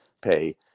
pay